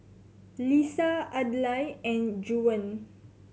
Leesa Adlai and Juwan